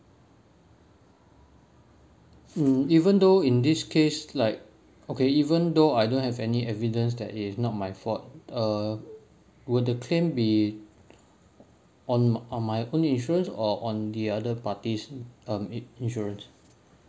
um even though in this case like okay even though I don't have any evidence that it is not my fault uh will the claim be on on my own insurance or on the other party's um in~ insurance